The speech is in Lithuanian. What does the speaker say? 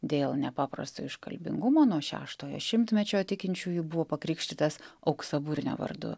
dėl nepaprasto iškalbingumo nuo šeštojo šimtmečio tikinčiųjų buvo pakrikštytas auksaburnio vardu